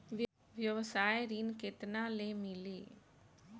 व्यवसाय ऋण केतना ले मिली?